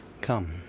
Come